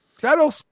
That'll